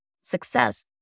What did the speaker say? success